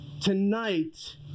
tonight